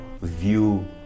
view